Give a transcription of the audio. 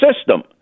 system